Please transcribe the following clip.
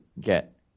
get